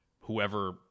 whoever